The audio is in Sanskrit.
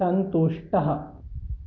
सन्तुष्टः